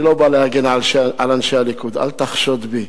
אני לא בא להגן על אנשי הליכוד, אל תחשוד בי,